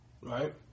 right